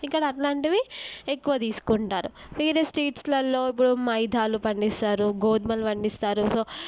ఇక్కడ అట్లాంటివి ఎక్కువ తీసుకుంటారు వేరే స్టేట్స్లల్లొ ఇప్పుడు మైదాలు పండిస్తారు గోధుములు పండిస్తారు సో